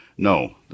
No